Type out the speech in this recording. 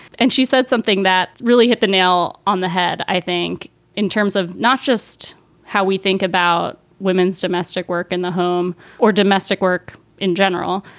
and she said something that really hit the nail on the head. i think in terms of not just how we think about women's domestic work in the home or domestic work in general,